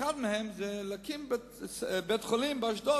אחת מהן היא להקים בית-חולים באשדוד,